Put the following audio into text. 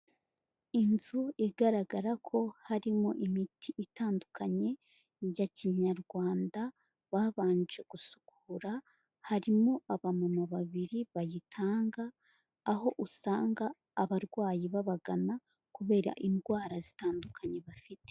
Inzu igaragara ko harimo imiti itandukanye ya Kinyarwanda babanje gusukura, harimo abamama babiri bayitanga, aho usanga abarwayi babagana kubera indwara zitandukanye bafite.